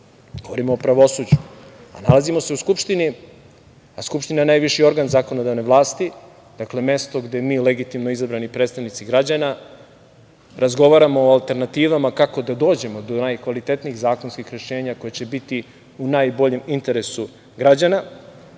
govorimo o pravosuđu. Nalazimo se u Skupštini, a skupština je najviši organ zakonodavne vlasti, dakle mesto gde mi legitimno izabrani predstavnici građana razgovaramo o alternativama kako da dođemo do najkvalitetnijih zakonskih rešenja koje će biti u najboljem interesu građana,